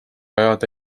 ajada